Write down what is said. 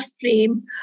frame